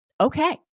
okay